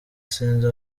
sinzi